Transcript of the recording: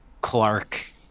Clark